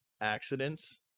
Accidents